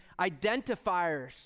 identifiers